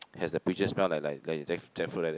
has the peaches smell like like like jackfruit like that